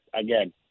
again